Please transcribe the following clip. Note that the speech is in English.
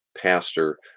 pastor